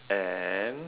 and